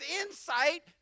insight